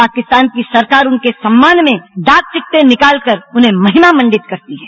पाकिस्तान की सरकार उनके सम्मान में डाक टिकटें निकाल कर उन्हें महिमा मंडित करती है